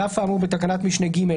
על אף האמור בתקנת משנה (ג),